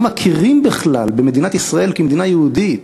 מכירים בכלל במדינת ישראל כמדינה יהודית,